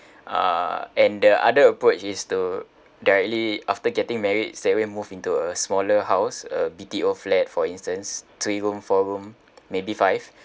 uh and the other approach is to directly after getting married straight away move into a smaller house a B_T_O flat for instance three room four room maybe five